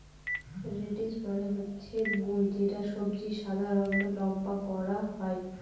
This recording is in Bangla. রেডিশ মানে হচ্ছে মূল যে সবজি সাদা রঙের লম্বা করে হয়